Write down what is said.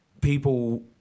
people